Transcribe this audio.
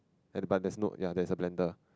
ya but there's no ya there's a blender